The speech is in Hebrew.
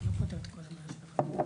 גם לפרנסתו,